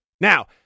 Now